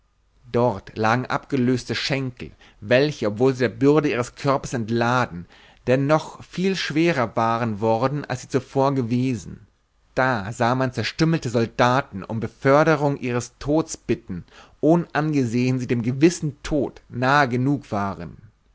dort lagen abgelöste schenkel welche obwohl sie der bürde ihres körpers entladen dannoch viel schwerer waren worden als sie zuvor gewesen da sahe man zerstümmelte soldaten um beförderung ihres tods bitten ohnangesehen sie dem gewissen tod nahe genug waren